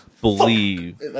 Believe